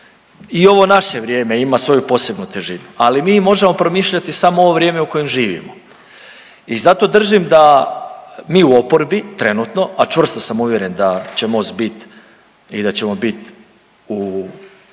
i ovo naše vrijeme ima svoju posebnu težinu. Ali mi možemo promišljati samo ovo vrijeme u kojem živimo i zato držim da mi u oporbi trenutno, a čvrsto sam uvjeren da će Most bit i